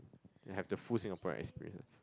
you have the full Singaporean experience